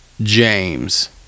James